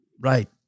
Right